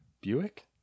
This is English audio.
Buick